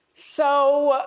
so